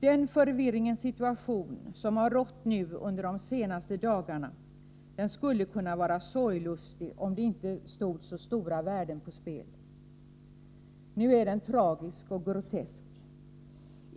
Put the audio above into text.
Den förvirringens situation som har rått under de senaste dagarna skulle kunna vara sorglustig, om inte så stora värden stod på spel. Nu är den tragisk och grotesk.